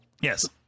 Yes